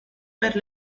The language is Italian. per